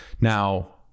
Now